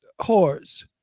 whores